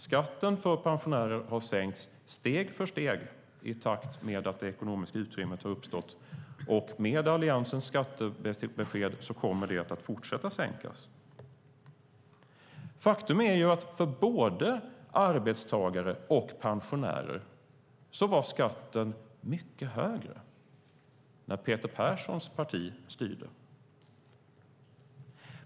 Skatten för pensionärer har sänkts steg för steg i takt med att det ekonomiska utrymmet har uppstått, och med Alliansens skattebesked kommer den att fortsätta sänkas. Faktum är att för både arbetstagare och pensionärer var skatten mycket högre när Peter Perssons parti styrde.